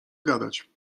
gadać